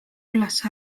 üles